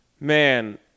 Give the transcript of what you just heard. Man